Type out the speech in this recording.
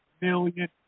million